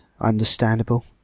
understandable